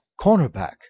cornerback